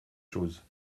chose